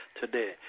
today